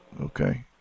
Okay